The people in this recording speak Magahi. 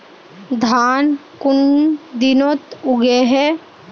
धान कुन दिनोत उगैहे